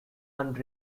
and